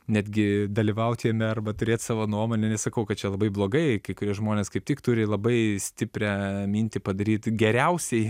netgi dalyvaut jame arba turėt savo nuomonę nesakau kad čia labai blogai kai kurie žmonės kaip tik turi labai stiprią mintį padaryt geriausiai